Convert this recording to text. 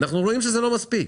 אנחנו רואים שזה לא מספיק.